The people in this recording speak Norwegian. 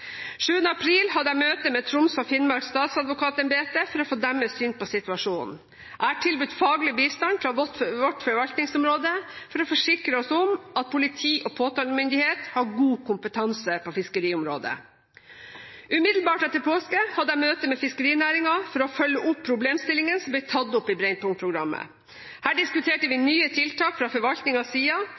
7. april hadde jeg møte med Troms og Finnmark statsadvokatembeter for å få deres syn på situasjonen. Jeg har tilbudt faglig bistand fra vårt forvaltningsområde for å sikre at politi og påtalemyndighet har god kompetanse på fiskeriområdet. Umiddelbart etter påske hadde jeg møte med fiskerinæringen for å følge opp problemstillingene som ble tatt opp i Brennpunkt-programmet. Her diskuterte vi nye tiltak fra